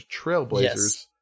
trailblazers